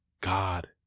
God